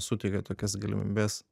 suteikia tokias galimybes